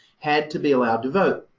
had to be allowed to vote.